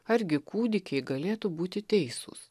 argi kūdikiai galėtų būti teisūs